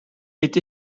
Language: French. est